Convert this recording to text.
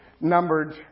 numbered